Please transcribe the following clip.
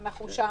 אנחנו שם.